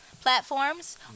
platforms